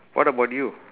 what about you